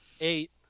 eight